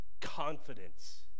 confidence